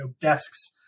desks